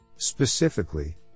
Specifically